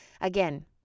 Again